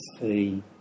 see